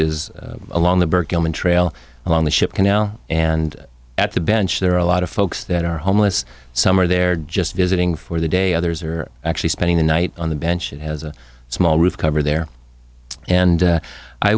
is along the trail along the ship canal and at the bench there are a lot of folks that are homeless some are there just visiting for the day others are actually spending the night on the bench it has a small roof cover there and